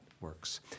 works